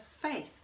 faith